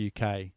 uk